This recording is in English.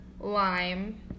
lime